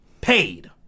Paid